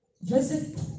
visit